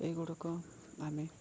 ଏଇ ଗୁଡ଼ାକ ଆମେ